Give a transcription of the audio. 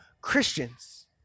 Christians